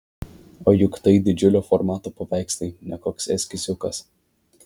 o juk tai didžiulio formato paveikslai ne koks eskiziukas